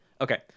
Okay